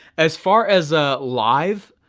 as far as a live,